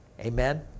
Amen